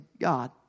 God